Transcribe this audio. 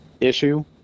issue